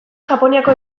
japoniako